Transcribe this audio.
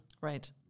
Right